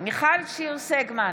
מיכל שיר סגמן,